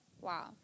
Wow